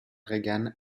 reagan